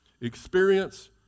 experience